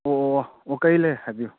ꯑꯣ ꯑꯣ ꯑꯣ ꯑꯣ ꯀꯩ ꯂꯩꯔꯦ ꯍꯥꯏꯕꯤꯔꯣ